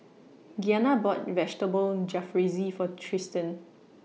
Gianna bought Vegetable Jalfrezi For Tristin